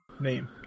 name